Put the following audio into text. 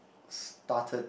started